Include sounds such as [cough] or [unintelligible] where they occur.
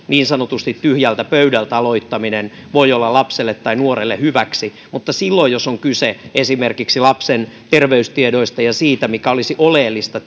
niin sanotusti tyhjältä pöydältä aloittaminen voi olla lapselle tai nuorelle hyväksi mutta silloin jos on kyse esimerkiksi lapsen terveystiedoista ja siitä mikä olisi oleellista [unintelligible]